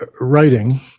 writing